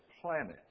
Planet